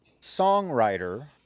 songwriter